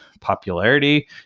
popularity